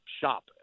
shop